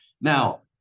Now